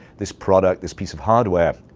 this product, this piece of hardware.